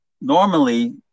normally